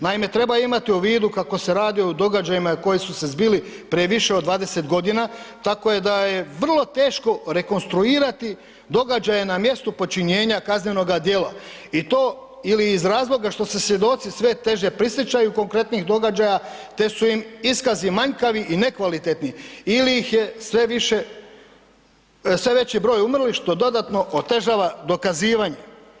Naime, treba imati u vidu kako se radi o događajima koji su se zbili prije više od 20 g. tako da je vrlo teško rekonstruirati događaje na mjestu počinjenja kaznenoga djela i to ili iz razloga što se svjedoci sve teže prisjećaju konkretnih događaja te su im iskazi manjkavi i nekvalitetni, ili ih je sve više, sve veći broj umrlih što dodatno otežava dokazivanje.